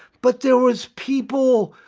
but there was people,